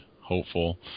Hopeful